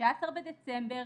ב-13 בדצמבר,